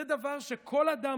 זה דבר שכל אדם,